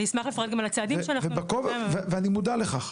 אני אשמח לפרט גם על הצעדים שלנו --- ואני מודע לכך.